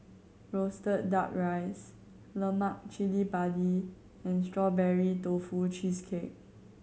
roasted Duck Rice lemak cili padi and Strawberry Tofu Cheesecake